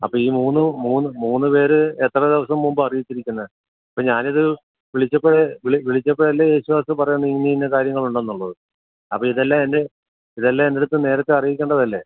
അപ്പം ഈ മൂന്ന് മൂന്ന് മൂന്ന് പേർ എത്ര ദിവസം മുമ്പാണ് അറിയിച്ചിരിക്കുന്നത് ഇപ്പം ഞാൻ ഇത് വിളിച്ചപ്പഴേ വിളി വിളിച്ചപ്പഴല്ലേ യേശുദാസ് പറയുന്നത് ഇന്ന കാര്യങ്ങളുണ്ടെന്നുള്ളത് അപ്പോൾ ഇതെല്ലം എൻ്റെ ഇതെല്ലാ എൻ്റെ അടുത്ത് നേരത്തെ അറിയിക്കേണ്ടതല്ലേ